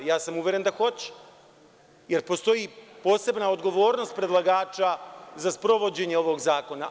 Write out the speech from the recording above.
Ja sam uveren da hoće jer postoji posebna odgovornost predlagača za sprovođenje ovog zakona.